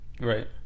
Right